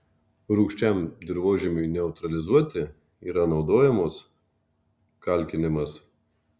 rūgščiam dirvožemiui neutralizuoti yra naudojamos kalkinimas